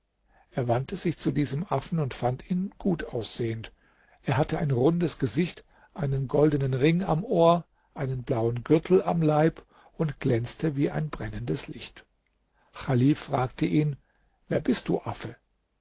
er wandte sich zu diesem affen und fand ihn gutaussehend er hatte ein rundes gesicht einen goldenen ring am ohr einen blauen gürtel am leib und glänzte wie ein brennendes licht chalif fragte ihn wer bist du affe